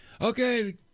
Okay